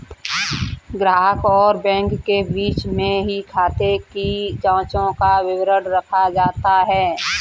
ग्राहक और बैंक के बीच में ही खाते की जांचों का विवरण रखा जाता है